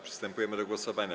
Przystępujemy do głosowania.